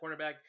cornerback